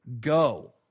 go